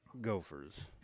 gophers